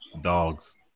Dogs